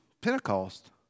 Pentecost